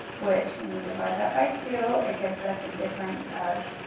which when you divide that by two, it gives us a difference of